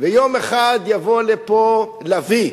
ויום אחד יבוא לפה לביא.